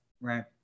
right